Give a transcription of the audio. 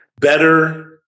Better